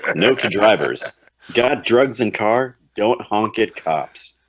ah note to drivers got drugs in car don't honk it cops